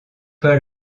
pas